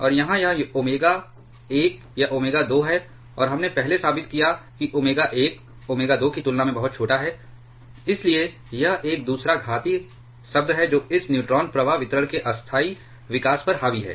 और यहाँ यह ओमेगा एक यह ओमेगा 2 है और हमने पहले साबित किया कि ओमेगा 1 ओमेगा 2 की तुलना में बहुत छोटा है इसलिए यह एक दूसरा घातीय शब्द है जो इस न्यूट्रॉन प्रवाह वितरण के अस्थायी विकास पर हावी है